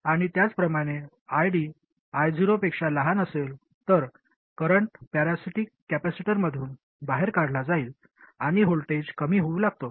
आणि त्याचप्रमाणे ID I0 पेक्षा लहान असेल तर करंट पॅरासिटिक कॅपेसिटरमधून बाहेर काढला जाईल आणि व्होल्टेज कमी होऊ लागतो